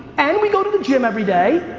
and we go to the gym every day,